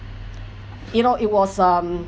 you know it was um